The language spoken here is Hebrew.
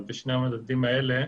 אז בשני המדדים האלה